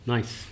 Nice